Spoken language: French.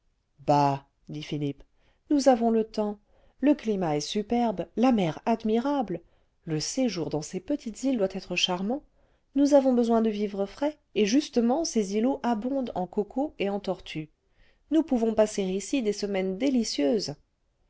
nous avons le temps le climat est superbe la mer admirable le séjour dans ces petites îles doit être charmant nous avons besoin de vivres frais et justement ces îlots abondent en cocos et en tortues nous pouvons passer ici des semaines délicieuses